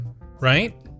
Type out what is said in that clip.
right